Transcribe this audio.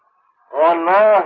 on my